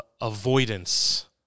avoidance